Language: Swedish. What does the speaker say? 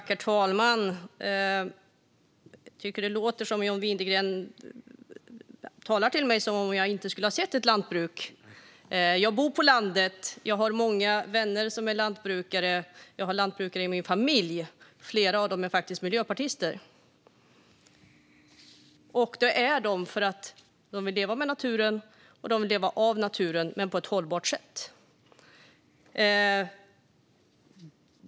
Herr talman! Jag tycker att John Widegren talar till mig som om jag inte sett ett lantbruk. Jag bor på landet. Jag har många vänner som är lantbrukare. Jag har lantbrukare i min familj. Flera av dem är faktiskt miljöpartister. Det är de för att de vill leva med naturen och leva av naturen men på ett hållbart sätt.